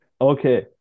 Okay